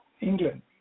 England